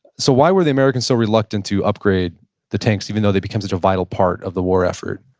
so why were the americans so reluctant to upgrade the tanks even though they'd become such a vital part of the war effort?